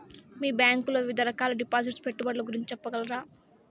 మీ bank లో వివిధ రకాల డిపాసిట్స్, పెట్టుబడుల గురించి సెప్పగలరా?